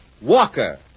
Walker